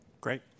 great